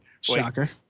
shocker